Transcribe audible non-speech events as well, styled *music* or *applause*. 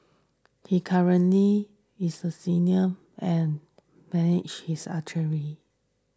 he currently is a senior and manage his *unintelligible*